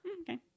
Okay